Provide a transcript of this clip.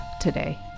today